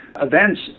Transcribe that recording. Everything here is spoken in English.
events